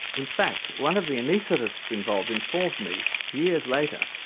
in fact, one of the anaesthetists involved informed me, years later,